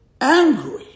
angry